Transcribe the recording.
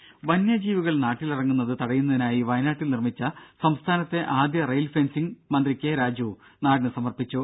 രും വന്യജീവികൾ നാട്ടിലിറങ്ങുന്നത് തടയുന്നതിനായി വയനാട്ടിൽ നിർമിച്ച സംസ്ഥാനത്തെ ആദ്യ റെയിൽ ഫെൻസിംഗ് മന്ത്രി കെ രാജു നാടിന് സമർപ്പിച്ചു